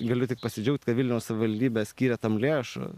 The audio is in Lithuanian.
galiu tik pasidžiaugt kad vilniaus savivaldybė skyrė tam lėšų